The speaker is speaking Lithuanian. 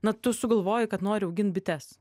na tu sugalvoji kad nori augint bites